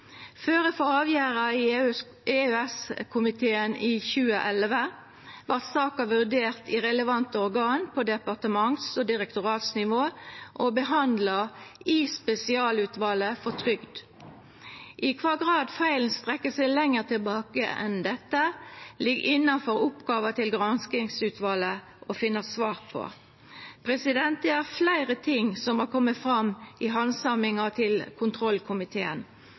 i EU/EØS-komiteen i 2011 vart saka vurdert i relevante organ på departements- og direktoratsnivå og behandla i spesialutvalet for trygd. I kva grad feilen strekkjer seg lenger tilbake enn dette, ligg innanfor oppgåva til granskingsutvalet å finna svar på. Det er fleire ting som har kome fram i handsaminga til kontrollkomiteen,